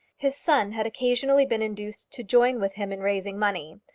his son had occasionally been induced to join with him in raising money.